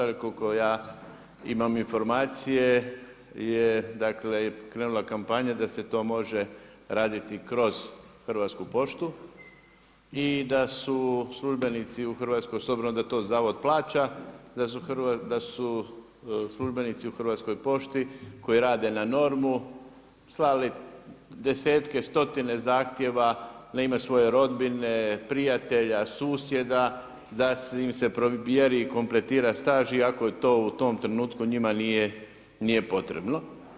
Jer koliko ja imam informacije, je ,dakle krenula kampanja da se to može raditi kroz Hrvatsku poštu i da su službenici u Hrvatskoj, s obzirom da to Zavod plaća, da su službenici u Hrvatskoj pošti, koji rade na normu, slali 10, 100 zahtjeva na ime svoje rodbine, prijatelja, susjeda, da im se provjeri i kompletira staž, iako je to u tom trenutku nije potrebno.